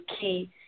key